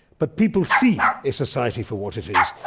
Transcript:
but people see a society for what it is,